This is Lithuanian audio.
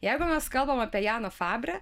jeigu mes kalbam apie janą fabre